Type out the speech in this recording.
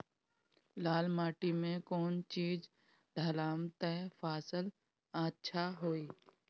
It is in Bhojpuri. लाल माटी मे कौन चिज ढालाम त फासल अच्छा होई?